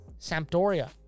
Sampdoria